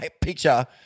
picture